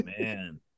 man